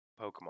Pokemon